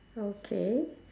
okay